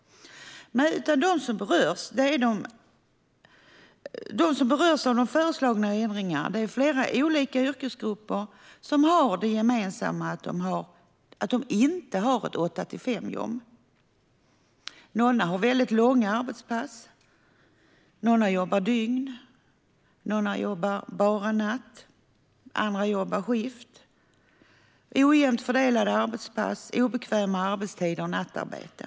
De som berörs av de föreslagna ändringarna är flera olika yrkesgrupper som har det gemensamma att de inte har ett åtta-till-fem-jobb. Några har väldigt långa arbetspass, några jobbar dygn, några jobbar bara natt och andra jobbar skift. Det handlar om ojämnt fördelade arbetspass, obekväma arbetstider och nattarbete.